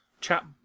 chat